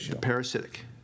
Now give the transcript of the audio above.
Parasitic